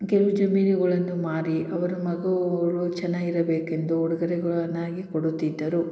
ಕೆಲವು ಜಮೀನುಗಳನ್ನು ಮಾರಿ ಅವರ ಮಗಳು ಚೆನ್ನಾಗಿರಬೇಕೆಂದು ಉಡ್ಗೊರೆಗಳನ್ನಾಗಿ ಕೊಡುತ್ತಿದ್ದರು